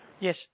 Yes